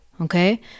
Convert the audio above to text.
Okay